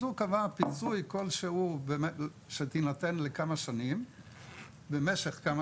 אז הוא קבע פיצוי כל שהוא שיינתן למשך או